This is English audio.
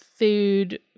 food